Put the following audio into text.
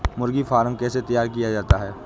मुर्गी फार्म कैसे तैयार किया जाता है?